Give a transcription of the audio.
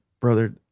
brother